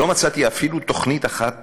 לא מצאתי אפילו תוכנית אחת